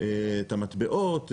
את המטבעות,